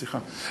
סליחה.